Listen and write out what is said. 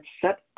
set